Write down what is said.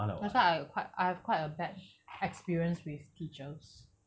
that's why I quite I have quite a bad experience with teachers